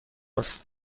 است